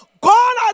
Gone